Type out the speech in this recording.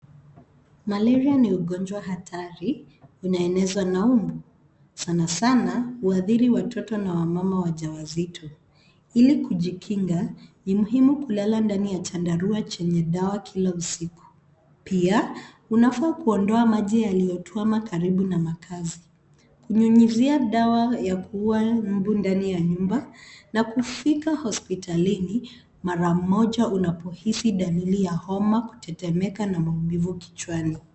Malaria ni ugonjwa hatari unaelezwa na umbu. Sanasana, huadhiri watoto na wamama wajawazito. Ili kujikinga, ni muhimu kulala ndani ya chandarua chenye dawa kila usiku. Pia, unafaa kuondoa maji yaliyotwama karibu na makazi. Kunyunyizia dawa ya kuua mbu ndani ya nyumba, na kufika hospitalini mara moja unapohisi dalili ya homa, kutetemeka na maumivu kichwani.